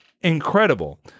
Incredible